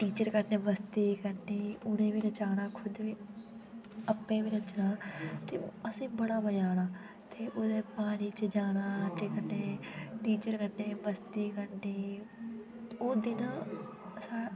teacher कन्ने मस्ती करनी उनेई बी नचाना कुद बी अपे बी नचना ते असेई बड़ा मजा आना ते ओह्दे बाच च जाना ते कन्ने टीचर कन्ने मस्ती करनी ओह् देन साढ़े